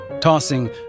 tossing